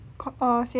err C_S_G